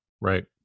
Right